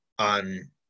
on